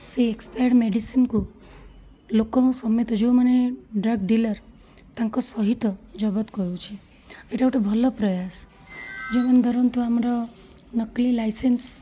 ସେ ଏକ୍ସପାୟାଡ଼ ମେଡ଼ିସିନ୍କୁ ଲୋକଙ୍କ ସମେତ ଯେଉଁମାନେ ଡ୍ରଗ ଡିଲର୍ ତାଙ୍କ ସହିତ ଜବତ କରୁଛି ଏଇଟା ଗୋଟେ ଭଲ ପ୍ରୟାସ ଯେଉଁମାନେ ଧରନ୍ତୁ ଆମର ନକଲି ଲାଇସେନ୍ସ